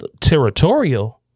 territorial